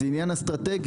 זה עניין אסטרטגי.